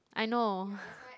I know